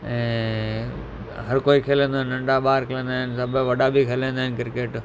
ऐं हर कोई खेॾंदो आहे नंढा ॿार खेॾंदा आहिनि वॾा बि खेॾंदा आहिनि क्रिकेट